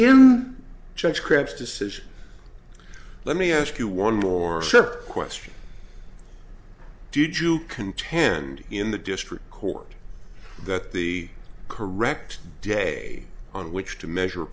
czech scripts decision let me ask you one more question did you contend in the district court that the correct day on which to measure